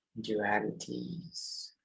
dualities